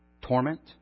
torment